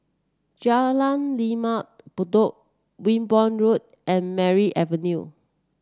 Jalan Lembah Bedok Wimborne Road and Merryn Avenue